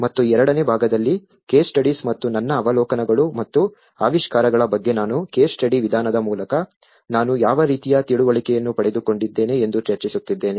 ಮತ್ತು ಎರಡನೇ ಭಾಗದಲ್ಲಿ ಕೇಸ್ ಸ್ಟಡೀಸ್ ಮತ್ತು ನನ್ನ ಅವಲೋಕನಗಳು ಮತ್ತು ಆವಿಷ್ಕಾರಗಳ ಬಗ್ಗೆ ನಾನು ಕೇಸ್ ಸ್ಟಡಿ ವಿಧಾನದ ಮೂಲಕ ನಾನು ಯಾವ ರೀತಿಯ ತಿಳುವಳಿಕೆಯನ್ನು ಪಡೆದುಕೊಂಡಿದ್ದೇನೆ ಎಂದು ಚರ್ಚಿಸುತ್ತಿದ್ದೇನೆ